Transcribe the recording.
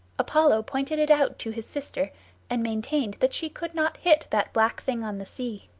apollo pointed it out to his sister and maintained that she could not hit that black thing on the sea.